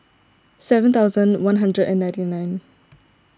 seven thousand one hundred and ninety nine